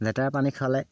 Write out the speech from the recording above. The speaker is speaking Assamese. লেতেৰা পানী খালে